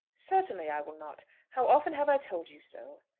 certainly i will not. how often have i told you so.